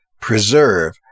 preserve